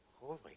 holy